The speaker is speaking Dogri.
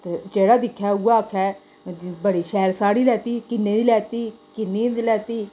ते जेह्ड़ा दिक्खै उ'यै आक्खै बड़ी शैल साड़ी लैती किन्ने दी लैती किन्नी दी लैती